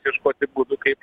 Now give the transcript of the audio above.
ieškoti būdų kaip